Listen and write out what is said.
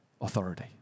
authority